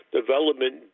development